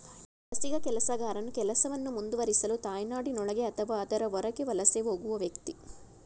ವಲಸಿಗ ಕೆಲಸಗಾರನು ಕೆಲಸವನ್ನು ಮುಂದುವರಿಸಲು ತಾಯ್ನಾಡಿನೊಳಗೆ ಅಥವಾ ಅದರ ಹೊರಗೆ ವಲಸೆ ಹೋಗುವ ವ್ಯಕ್ತಿ